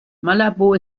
malabo